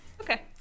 okay